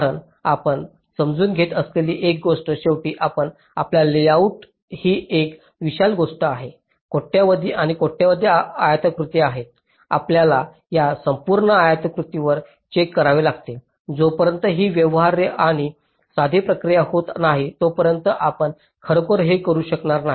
कारण आपण समजून घेत असलेली एक गोष्ट शेवटी आपला लेआउट ही एक विशाल गोष्ट आहे कोट्यावधी आणि कोट्यावधी आयताकृती आहेत आपल्याला या संपूर्ण आयतावर हे चेक करावे लागेल जोपर्यंत ही व्यवहार्य आणि साधी प्रक्रिया होत नाही तोपर्यंत आपण खरोखर ते करू शकत नाही